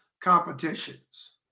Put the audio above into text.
competitions